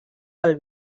del